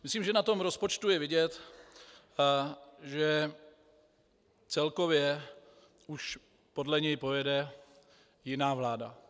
Myslím, že na rozpočtu je vidět, že celkově už podle něj pojede jiná vláda.